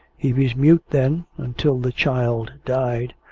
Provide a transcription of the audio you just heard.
he was mute then, until the child died,